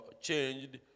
changed